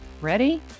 Ready